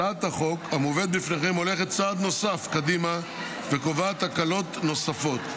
הצעת החוק המובאת בפניכם הולכת צעד נוסף קדימה וקובעת הקלות נוספות,